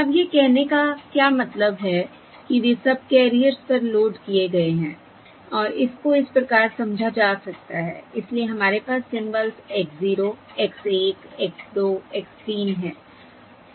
अब यह कहने का क्या मतलब है कि वे सबकैरियर्स पर लोड किए गए हैं और इसको इस प्रकार समझा जा सकता है इसलिए हमारे पास symbols X 0 X 1 X 2 X 3 हैं